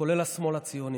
כולל השמאל הציוני.